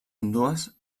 ambdues